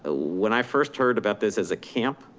ah when i first heard about this as a camp,